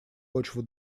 почву